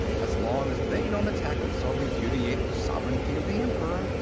as long as they don't attack us, or repudiate the sovereignty of the emperor,